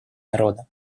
народа